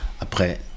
Après